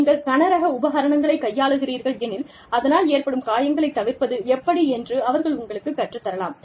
நீங்கள் கனரக உபகரணங்களைக் கையாளுகிறீர்கள் எனில் அதனால் ஏற்படும் காயங்களைத் தவிர்ப்பது எப்படி என்று அவர்கள் உங்களுக்கு கற்றுத் தரலாம்